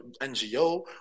NGO